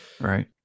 Right